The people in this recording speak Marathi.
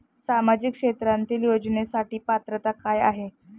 सामाजिक क्षेत्रांतील योजनेसाठी पात्रता काय आहे?